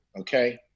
okay